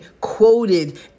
quoted